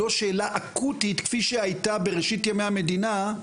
אקוטית כפי שהיתה בראשית ימי המדינה,